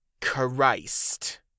Christ